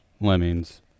Lemmings